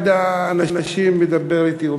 אחד האנשים מדבר אתי.